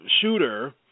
shooter